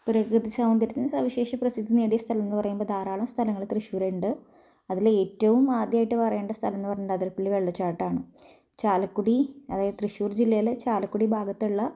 പ്രകൃതി സൗന്ദര്യത്തിന് സവിശേഷ പ്രസിദ്ധി നേടിയ സ്ഥലമെന്നു പറയുമ്പോൾ ധാരാളം സ്ഥലങ്ങൾ തൃശ്ശൂർ ഉണ്ട് അതിൽ ഏറ്റവും ആദ്യമായിട്ട് പറയേണ്ട സ്ഥലം എന്ന് പറഞ്ഞിട്ടുണ്ടെൽ ആതിരപ്പള്ളി വെള്ളച്ചാട്ടമാണ് ചാലക്കുടി അതായത് തൃശ്ശൂർ ജില്ലയിലെ ചാലക്കുടി ഭാഗത്തുള്ള